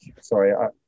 Sorry